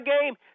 game